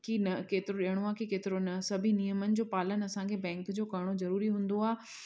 की न केतिरो ॾियणो आहे की केतिरो न सभेई नियमनि जो पालन असांखे बैंक जो करिणो ज़रूरी हूंदो आहे